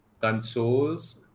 consoles